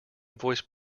voice